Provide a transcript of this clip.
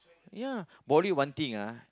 ya body one thing ah